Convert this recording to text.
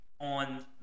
on